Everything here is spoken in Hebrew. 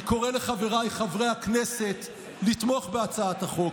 אני קורא לחבריי חברי הכנסת לתמוך בהצעת החוק.